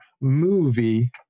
movie